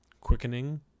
quickening